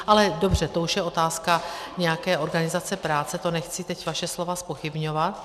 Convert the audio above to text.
Ale dobře, to už je otázka nějaké organizace práce, nechci teď vaše slova zpochybňovat.